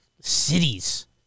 Cities